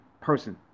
person